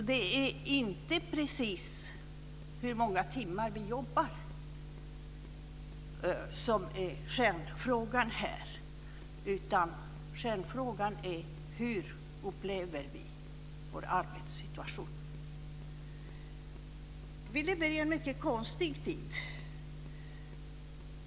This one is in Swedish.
Kärnfrågan här är inte hur många timmar vi jobbar, utan kärnfrågan är hur vi upplever vår arbetssituation. Vi lever i en mycket konstig tid.